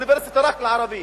אוניברסיטה רק לערבים,